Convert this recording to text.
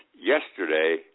yesterday